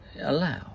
allow